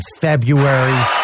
February